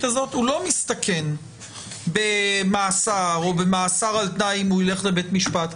הזאת הוא לא מסתכן במאסר או מאסר על תנאי אם ילך לבית המשפט,